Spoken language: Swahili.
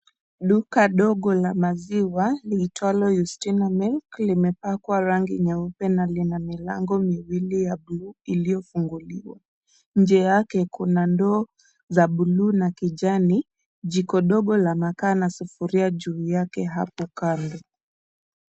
Duka ndogo la maziwa liitwalo Yustina Milk limepakwa rangi nyeupe na lina milango miwili ya buluu iliyofunguliwa. Nje yake kuna ndoo za buluu na kijani, jiko dogo la makaa na sufuria juu yake hapo kando.